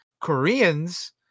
koreans